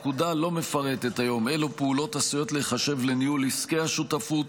הפקודה אינה מפרטת אילו פעולות עשויות להיחשב לניהול עסקי השותפות,